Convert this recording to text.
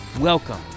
Welcome